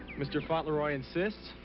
mr. fauntleroy insists,